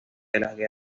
durante